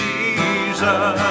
Jesus